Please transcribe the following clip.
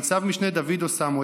ניצב משנה דוד אוסמו,